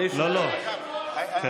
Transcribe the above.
מותר לו.